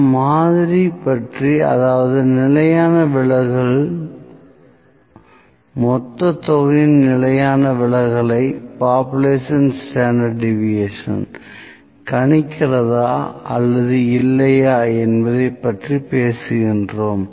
நாம் மாதிரி பற்றி அதாவது நிலையான விலகல் மொத்த தொகையின் நிலையான விலகலை கணிக்கிறதா அல்லது இல்லையா என்பதை பற்றி பேசுகின்றோம்